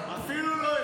אפילו לא אחד.